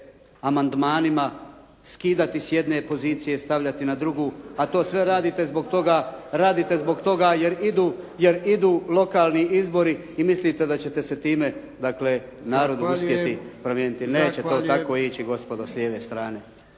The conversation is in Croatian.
amandmanima skidati s jedne pozicije i stavljati na drugu a to sve radite zbog toga jer idu lokalni izbori i mislite da ćete se time narodu uspjeti promijeniti. Neće to tako ići gospodo s lijeve strane.